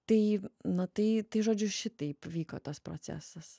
tai na tai tai žodžiu šitaip vyko tas procesas